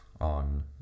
on